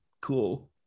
cool